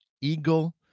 eagle